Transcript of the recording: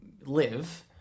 live